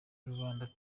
rubanda